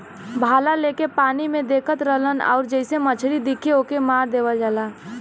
भाला लेके पानी में देखत रहलन आउर जइसे मछरी दिखे ओके मार देवल जाला